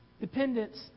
Dependence